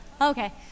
okay